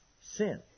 Sin